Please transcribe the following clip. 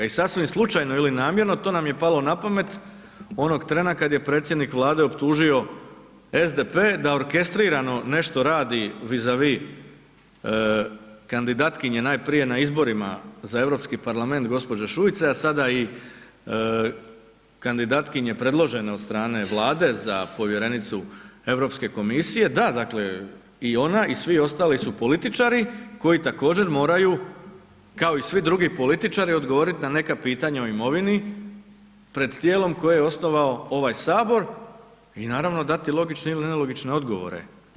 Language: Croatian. I sasvim slučajno ili namjerno to nam je palo na pamet onog trena kad je predsjednik Vlade optužio SDP da orkestrirano nešto vizavi kandidatkinje najprije na izborima za Europski parlament gospođe Šuice, a sada i kandidatkinje predložene od strane Vlade za povjerenicu Europske komisije, da dakle i ona i svi ostali su političari koji također moraju, kao i svi drugi političari odgovorit na neka pitanja o imovini pred tijelom koje je osnovao ovaj sabor i naravno dati logične ili nelogične odgovore.